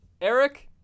Eric